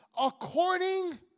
according